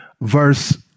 verse